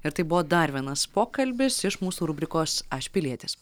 ir tai buvo dar vienas pokalbis iš mūsų rubrikos aš pilietis